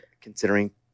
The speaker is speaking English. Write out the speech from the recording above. considering